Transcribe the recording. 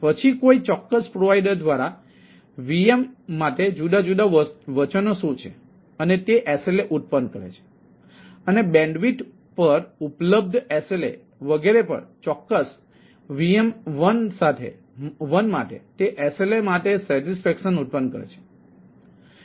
પછી કોઈ ચોક્કસ પ્રોવાઇડર દ્વારા વિવિધ VM માટે જુદા જુદા વચનો શું છે અને તે SLAઉત્પન્ન કરે છે અને બેન્ડવિડ્થ પર ઉપલબ્ધ SLA વગેરે પર ચોક્કસ VM 1 માટે તે SLA માટે સૈટિસ્ફૈક્શન ઉત્પન્ન કરે છે